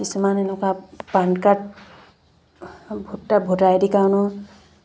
কিছুমান এনেকুৱা PAN card voter voter আই ডিৰ কাৰণেও